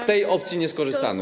Z tej opcji nie skorzystano.